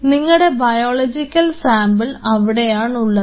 നിങ്ങടെ biological sample അവിടെയാണുള്ളത്